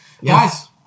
Yes